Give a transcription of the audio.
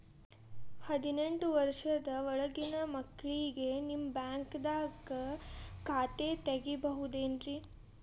ಹದಿನೆಂಟು ವರ್ಷದ ಒಳಗಿನ ಮಕ್ಳಿಗೆ ನಿಮ್ಮ ಬ್ಯಾಂಕ್ದಾಗ ಖಾತೆ ತೆಗಿಬಹುದೆನ್ರಿ?